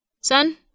Son